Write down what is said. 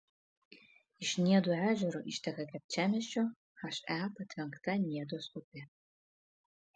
iš niedų ežero išteka kapčiamiesčio he patvenkta niedos upė